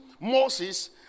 Moses